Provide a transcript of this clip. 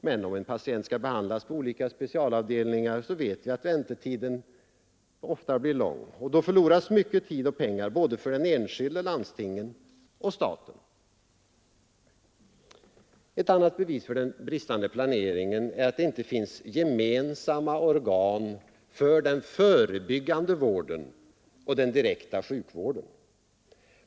Men om en patient skall behandlas på olika specialavdelningar så blir väntetiden ofta lång, och då förloras mycket tid och pengar både för den enskilde, landstingen och staten. Ett annat bevis för den bristande planeringen är att det inte finns gemensamma organ för den förebyggande vården och den direkta sjukvården.